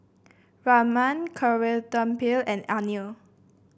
Raman and Anil